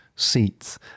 seats